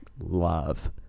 love